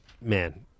man